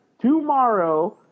tomorrow